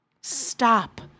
stop